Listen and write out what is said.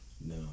No